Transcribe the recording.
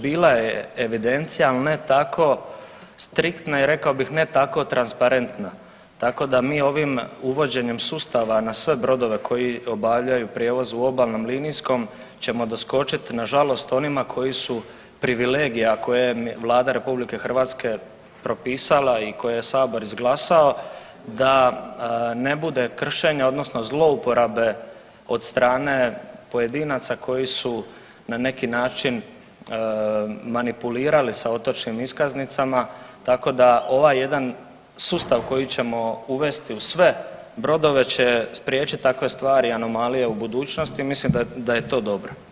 Bila je evidencija, al ne tako striktna i rekao bih ne tako transparentna, tako da mi ovim uvođenjem sustava na sve brodove koji obavljaju prijevoz u obalnom linijskom ćemo doskočit nažalost onima koji su privilegija kojom je Vlada RH propisala i koji je sabor izglasao da ne bude kršenja odnosno zlouporabe od strane pojedinaca koji su na neki način manipulirali sa otočnim iskaznicama, tako da ovaj jedan sustav koji ćemo uvesti u sve brodove će spriječit takve stvari, anomalije u budućnosti, mislim da je to dobro.